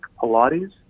Pilates